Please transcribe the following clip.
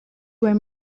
were